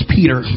Peter